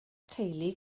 teulu